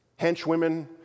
henchwomen